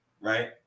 right